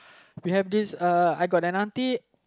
we have this uh I got an auntie